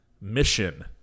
mission